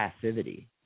passivity